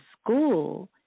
school